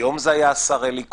היום זה היה השר אלי כהן,